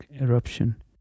eruption